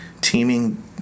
teaming